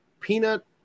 peanut